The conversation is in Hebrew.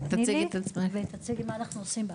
נילי תציג מה אנחנו עושים.